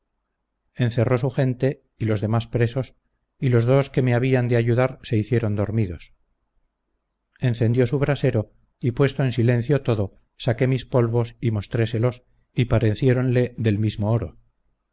encerró su gente y los demás presos y los dos que me habían de ayudar se hicieron dormidos encendió su brasero y puesto en silencio todo saqué mis polvos y mostréselos y parecieronle del mismo oro